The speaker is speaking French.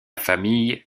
famille